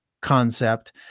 concept